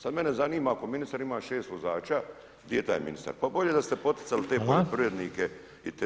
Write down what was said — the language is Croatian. Sad mene zanima ako ministar ima 6 vozača, di je taj ministar, pa bolje da ste poticali te poljoprivrednike i te